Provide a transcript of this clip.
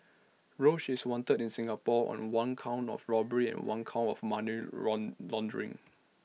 roach is wanted in Singapore on one count of robbery and one count of money run laundering